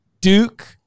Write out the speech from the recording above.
Duke